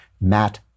Matt